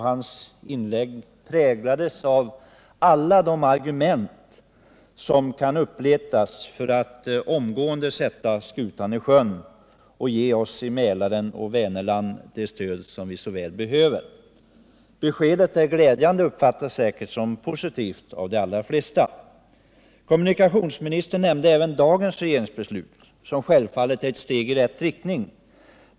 Hans inlägg präglades av alla argument som kan uppletas för att omgående sätta skutan i sjön och ge oss i Mälarregionen och Vänerland det stöd som vi såväl behöver. Beskedet är glädjande och uppfattas säkert som positivt av de allra flesta. Kommunikationsministern nämnde även dagens regeringsbeslut, som självfallet är ett steg i rätt riktning.